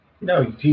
No